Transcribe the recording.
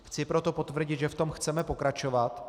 Chci proto potvrdit, že v tom chceme pokračovat.